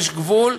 יש גבול,